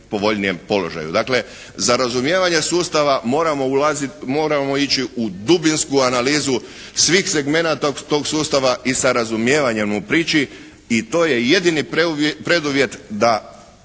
Dakle za razumijevanje sustava moramo ulaziti, moramo ići u dubinsku analizu svih segmenata tog sustava i sa razumijevanjem mu prići i to je jedini preduvjet da